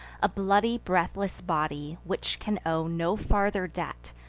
a bloody breathless body, which can owe no farther debt,